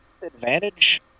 Advantage